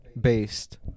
Based